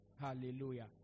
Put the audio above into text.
Hallelujah